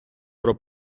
про